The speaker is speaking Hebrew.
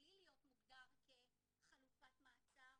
בלי להיות מוגדר כחלופת מעצר,